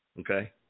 Okay